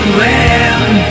land